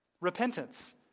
repentance